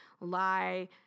lie